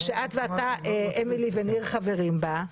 ואתה, אמילי וניר, חברים בה.